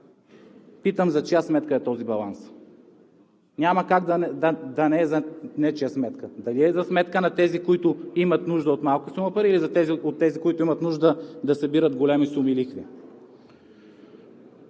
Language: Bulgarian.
Питам: за чия сметка е този баланс? Няма как да не е за нечия сметка. Дали е за сметка на тези, които имат нужда от малка сума пари, или за тези, които имат нужда да събират големи суми от лихви?